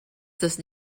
das